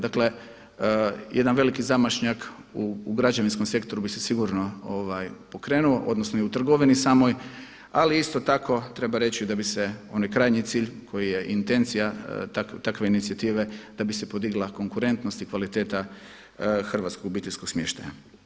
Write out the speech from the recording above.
Dakle jedan veliki zamašnjak u građevinskom sektoru bi se sigurno pokrenuo odnosno i u trgovini samoj, ali isto tako treba reći da bi se onaj krajnji cilj koji je intencija takve inicijative da bi se podigla konkurentnost i kvaliteta hrvatskog obiteljskog smještaja.